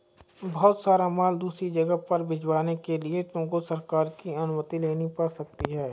बहुत सारा माल दूसरी जगह पर भिजवाने के लिए तुमको सरकार की अनुमति लेनी पड़ सकती है